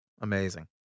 Amazing